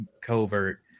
covert